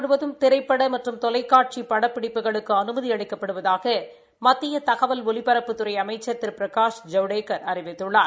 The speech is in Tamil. முழுவதும் திரைப்பட மற்றும் தொலைக்காட்சி படப்பிடிப்புகளுக்கு அனுமதி நாடு அளிக்கப்படுவதாக மத்திய தகவல் ஒலிபரப்புத்துறை அமைச்ச் திரு பிரகாஷ் ஜவடேக்கா அறிவித்துள்ளார்